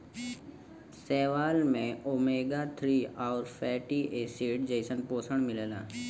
शैवाल में omega three आउर फैटी एसिड जइसन पोषण मिलला